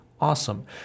awesome